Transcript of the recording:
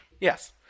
Yes